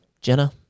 Jenna